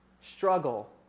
struggle